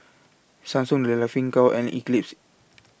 Samsung The Laughing Cow and Eclipse